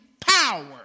power